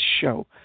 show